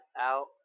out